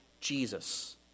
Jesus